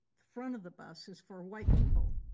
the front of the bus is for white people.